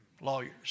Lawyers